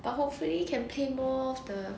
but hopefully can pay more of the